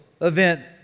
event